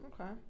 okay